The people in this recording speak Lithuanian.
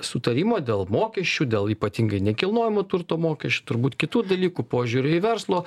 sutarimo dėl mokesčių dėl ypatingai nekilnojamo turto mokesčių turbūt kitų dalykų požiūrio į verslo